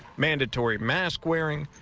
mandatory mask wearing,